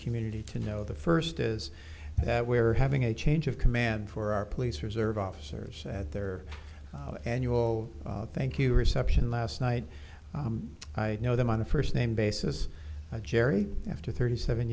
community to know the first is that we're having a change of command for our police reserve officers at their annual thank you reception last night i know them on a first name basis jerry after thirty seven